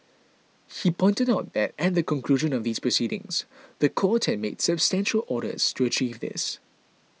he pointed out that at the conclusion of these proceedings the court had made substantial orders to achieve this